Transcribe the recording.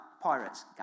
Pirates